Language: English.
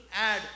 add